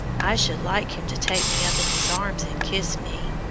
i should like him to take me up in his arms and kiss me.